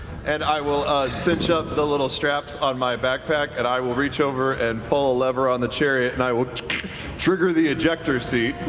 and i will cinch up the little straps on my backpack and i will reach over and pull a lever on the chariot and i will trigger the ejector seat